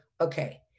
okay